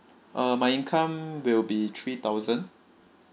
uh my income will be three thousand